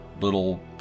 little